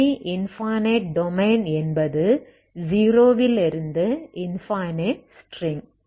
semi infinite domain என்பது 0 விலிருந்து infinite string